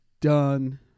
done